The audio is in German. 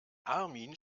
armin